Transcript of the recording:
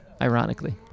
ironically